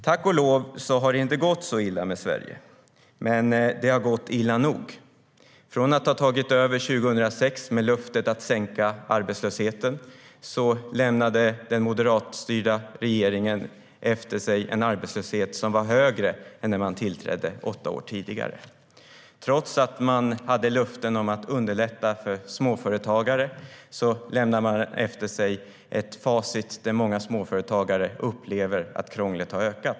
Tack och lov har det inte gått så illa med Sverige, men det har gått illa nog. Från att ha tagit över 2006 med löftet att sänka arbetslösheten lämnade den moderatstyrda regeringen efter sig en arbetslöshet som var högre än vid tillträdet åtta år tidigare. Trots att man gav löften om att underlätta för småföretagare lämnade man efter sig ett facit där många småföretagare upplever att krånglet har ökat.